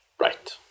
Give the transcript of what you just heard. Right